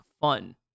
fun